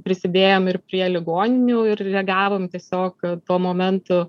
prisidėjom ir prie ligoninių ir reagavom tiesiog tuo momentu